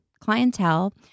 clientele